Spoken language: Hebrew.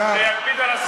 שר,